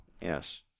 Yes